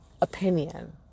opinion